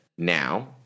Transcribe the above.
Now